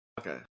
okay